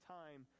time